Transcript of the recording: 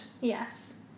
Yes